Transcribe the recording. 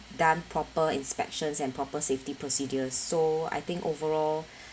done proper inspections and proper safety procedures so I think overall